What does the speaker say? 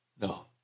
No